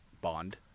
bond